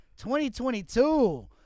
2022